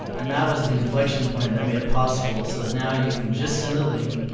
and that was the inflection point that made it possible so that now you can just send a link,